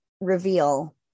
reveal